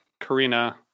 Karina